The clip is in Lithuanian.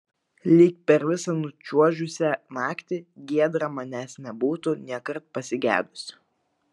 lyg per visą nučiuožusią naktį giedra manęs nebūtų nėkart pasigedusi